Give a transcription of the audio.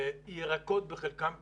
ירקות בחלקם כן,